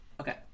Okay